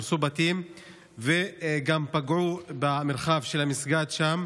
הרסו בתים וגם פגעו במרחב של המסגד שם.